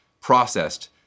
processed